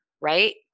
right